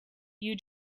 you